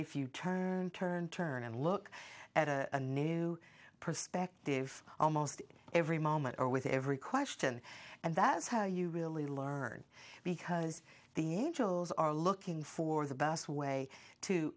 if you turn turn turn and look at a new perspective almost every moment or with every question and that's how you really learn because the angels are looking for the best way to